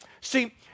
See